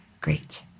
Great